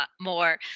more